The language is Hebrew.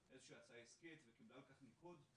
איזו שהיא הצעה עסקית והיא קיבלה על כך ניקוד.